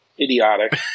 Idiotic